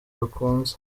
bakunze